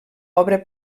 obra